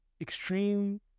extreme